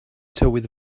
tywydd